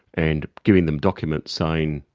and giving them documents saying,